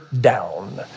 down